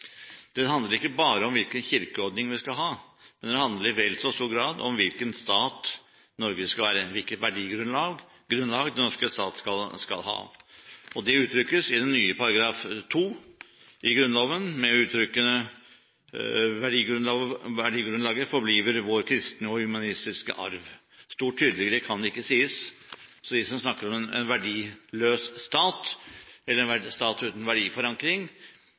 handler ikke bare om hvilken kirkeordning vi skal ha, den handler i vel så stor grad om hvilken stat Norge skal være, hvilket verdigrunnlag den norske stat skal ha. Dette uttrykkes i den nye § 2 i Grunnloven: «Værdigrundlaget forbliver vor kristne og humanistiske Arv.» Stort tydeligere kan det ikke sies. De som snakker om en verdiløs stat, eller om en stat uten verdiforankring,